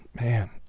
man